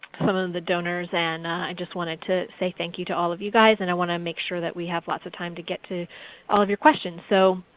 some of of the donors, and i just wanted to say thank you to all of you guys. and i want to make sure that we have lots of time to get to of your questions. so